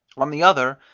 on the other,